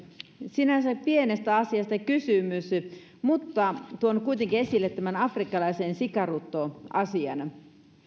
sinänsä pienestä asiasta kysymys mutta tuon kuitenkin esille tämän afrikkalainen sikarutto asian